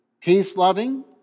peace-loving